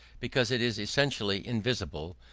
because it is essentially invisible,